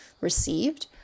received